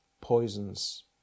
poisons